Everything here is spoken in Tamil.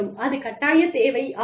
அது கட்டாயத் தேவை ஆகும்